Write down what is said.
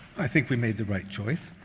i think we made the right choice.